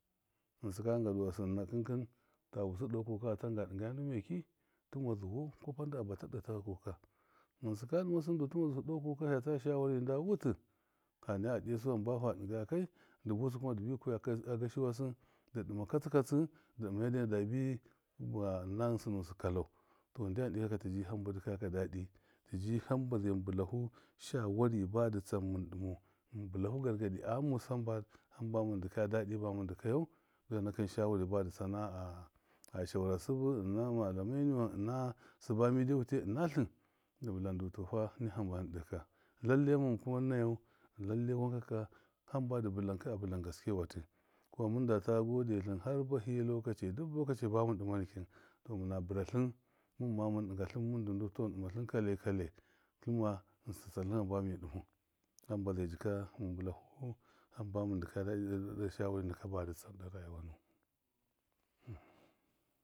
Ghɨnsɨ ka dɨnga dua sɨn nakɨn kɨn ta busɨ de kukani hatanga dɨngaya ndu meki tɨma zuwau kwapa ndɨ a bata de taka kuka ghɨnsɨ ka dɨma sɨm du tima zusɨ de kuwa ka fiya tsaya shawari nda wutɨ ha naya a ɗisu hamba fa dɨngaya katsɨ katsɨ dɨ dɨma yadde na dabi gɨma ɨna ghɨnsɨ nusɨ kaba kalau, tɔ ndyam ɗi kaka tɨsji hamba dɨkɔya ka dadi tiji hamba zai mɨn bɨlafu shawari badi tsam mɨn dɨmau mɨn bɨlafu gangadi a ghamusɨ hamba mɨn dɨ kaya dɔdṫ bamṫn dikayau ɗe nakɨn shawari badɨ tsana a shaura sɨbɨ ɨna malamai tiwan ina sib amide wute ɨnatlɨn da bilan du tɔfa hamba tlɨn de ka lalle mu kanewa lallai wankaka, hamba dɨ bɨlanka a bilan gaskewatṫ kuwa mɨndata gɔde tlɨn har bahɨ duk bamɨn dɨma nikin tɔ mɨna biratlɨn mɨmma mɨn dɨnga tlɨn, mɨn du- ndu tɔ mɨn ɗɨmatlɨn kale kale tlɨmma ghɨnsɨ ta tsatlɨn hamba mi dɨmau, hamba zai jika mɨn bɨlafu hamba mɨn dɨkaya de shawari naka de rayuwa nuwɨn.